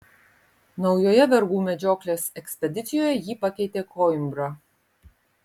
naujoje vergų medžioklės ekspedicijoje jį pakeitė koimbra